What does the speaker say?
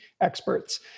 experts